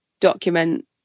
document